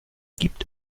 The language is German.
gibt